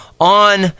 on